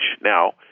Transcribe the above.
now